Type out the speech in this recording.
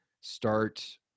start